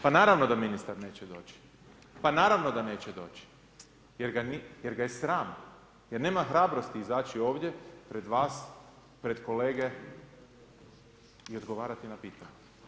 Pa naravno da ministar neće doći, pa naravno da neće doći jer ga je sram, jer nema hrabrosti izaći ovdje pred vas, pred kolege i odgovarati na pitanja.